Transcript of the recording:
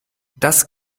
das